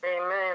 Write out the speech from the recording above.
Amen